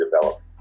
develop